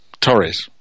Torres